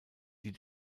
die